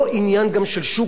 מה שנקרא שוק פרוע.